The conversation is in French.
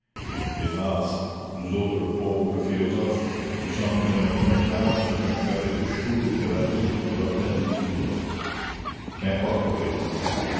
hélas nous autres pauvres philosophes nous sommes à un connétable ce qu'un carré de choux et de radis est au jardin du louvre qu'importe après tout